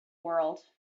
world